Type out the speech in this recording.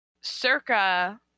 Circa